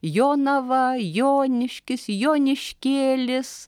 jonava joniškis joniškėlis